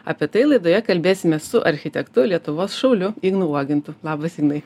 apie tai laidoje kalbėsime su architektu lietuvos šauliu ignu uogintu labas ignai